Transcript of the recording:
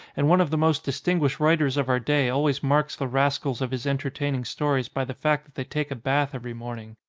and one of the most distinguished writers of our day always marks the rascals of his entertaining stories by the fact that they take a bath every morning.